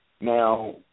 Now